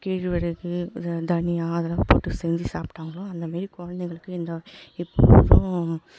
கேழ்வரகு தனியாக அதெல்லாம் போட்டு செஞ்சு சாப்பிடாங்களோ அந்தமாரி குழந்தைகளுக்கு எந்த எப்போதும்